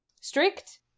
Strict